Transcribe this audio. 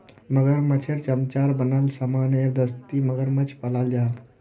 मगरमाछेर चमरार बनाल सामानेर दस्ती मगरमाछ पालाल जाहा